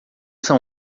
são